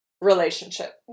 relationship